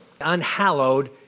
Unhallowed